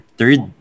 third